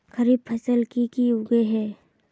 खरीफ फसल की की उगैहे?